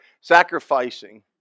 sacrificing